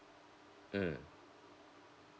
mm